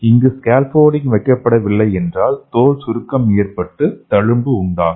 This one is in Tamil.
இங்கு ஸ்கேஃபோல்டிங் வைக்கப்பட வில்லை என்றால் தோல் சுருக்கம் ஏற்பட்டு தழும்பு உண்டாகும்